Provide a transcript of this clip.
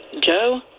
Joe